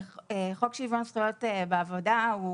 חוק שוויון הזדמנויות בעבודה הוא